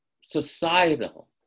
societal